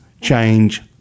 change